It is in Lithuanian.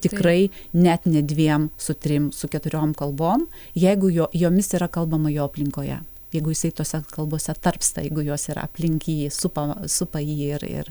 tikrai net ne dviem su trim su keturiom kalbom jeigu jo jomis yra kalbama jo aplinkoje jeigu jisai tose kalbose tarpsta jeigu jos yra aplink jį supa supa jį ir ir